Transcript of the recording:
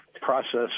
process